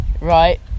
right